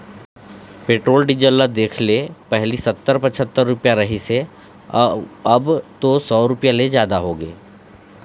petrol diesel ल देखले पहिली सत्तर, पछत्तर रूपिया रिहिस हे अउ अब तो सौ रूपिया ले जादा होगे हे